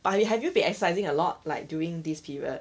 but you have you been exercising a lot like during this period